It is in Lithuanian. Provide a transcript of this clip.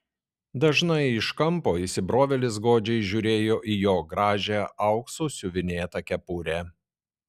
dažnai iš kampo įsibrovėlis godžiai žiūrėjo į jo gražią auksu siuvinėtą kepurę